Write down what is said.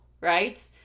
right